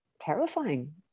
terrifying